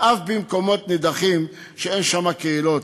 ואף במקומות נידחים שאין שם קהילות.